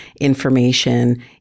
information